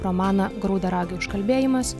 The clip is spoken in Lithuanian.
romaną graudaragio užkalbėjimas